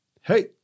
Hey